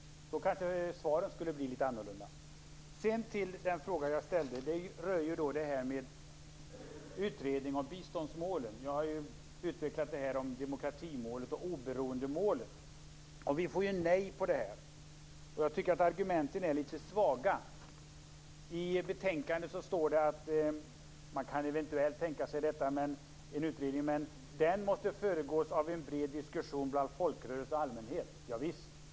Då kanske svaren skulle bli litet annorlunda. Sedan till den fråga jag ställde. Det gäller utredning av biståndsmålen. Jag har utvecklat resonemanget om demokratimålet och oberoendemålet, men vi får nej på vår begäran. Jag tycker att argumenten är litet svaga. I betänkandet står att man eventuellt kan tänka sig en utredning men att den måste föregås av en bred diskussion bland folkrörelser och allmänhet. Javisst!